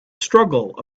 struggle